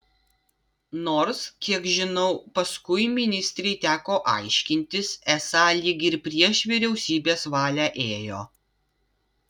nors kiek žinau paskui ministrei teko aiškintis esą lyg ir prieš vyriausybės valią ėjo